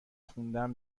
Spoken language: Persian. خوندن